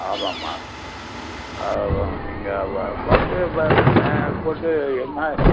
ஆமாம்மா நீங்கள் வந்து மேற்கொண்டு என்ன